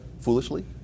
foolishly